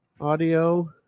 Audio